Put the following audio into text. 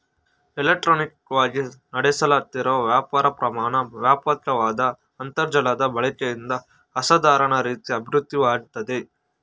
ಇಲೆಕ್ಟ್ರಾನಿಕವಾಗಿ ನಡೆಸ್ಲಾಗ್ತಿರೋ ವ್ಯಾಪಾರ ಪ್ರಮಾಣ ವ್ಯಾಪಕ್ವಾದ ಅಂತರ್ಜಾಲದ ಬಳಕೆಯಿಂದ ಅಸಾಧಾರಣ ರೀತಿ ಅಭಿವೃದ್ಧಿಯಾಗಯ್ತೆ